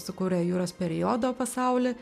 sukūrė juros periodo pasaulį